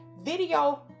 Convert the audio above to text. video